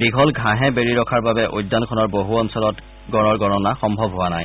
দীঘল ঘাঁহে বেৰি ৰখাৰ বাবে উদ্যানখনৰ বহু অঞ্চলত গঁড় গণনা সম্ভৱ হোৱা নাই